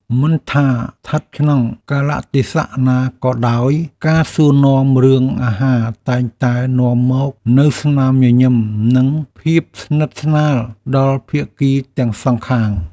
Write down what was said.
មិនថាស្ថិតក្នុងកាលៈទេសៈណាក៏ដោយការសួរនាំរឿងអាហារតែងតែនាំមកនូវស្នាមញញឹមនិងភាពស្និទ្ធស្នាលដល់ភាគីទាំងសងខាង។